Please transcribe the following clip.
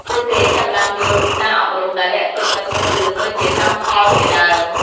ពួកគេចាប់ផ្តើមយល់ពីសារអប់រំដែលលាក់ទុកនៅក្នុងរឿងដូចជាកម្មផលជាដើម។